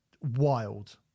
wild